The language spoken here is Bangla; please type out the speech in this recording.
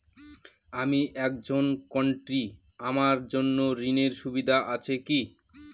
আমি একজন কট্টি আমার জন্য ঋণের সুবিধা আছে কি?